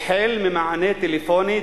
החל ממענה טלפוני,